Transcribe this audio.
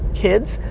kids,